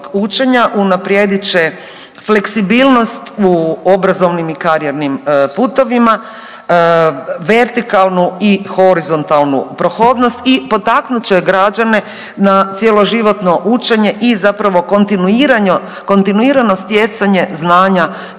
učenja unaprijedit će fleksibilnost u obrazovnim i karijernim putovima, vertikalnu i horizontalnu prohodnost i potaknut će građane na cjeloživotno učenje i zapravo kontinuirano stjecanje znanja